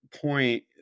point